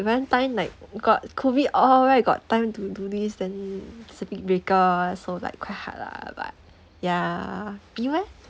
valentine like got COVID all where got time to do this then circuit breaker so like quite hard lah but ya you eh